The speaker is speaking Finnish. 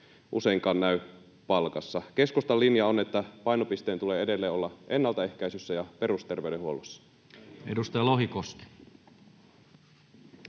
useinkaan näy palkassa. Keskustan linja on, että painopisteen tulee edelleen olla ennaltaehkäisyssä ja perusterveydenhuollossa. [Speech